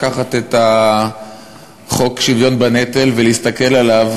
לקחת את חוק שוויון בנטל ולהסתכל עליו,